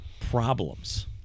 problems